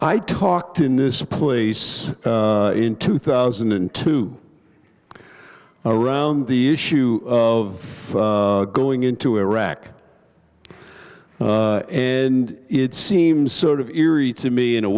i talked in this place in two thousand and two around the issue of going into iraq and it seems sort of eerie to me in a